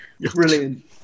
Brilliant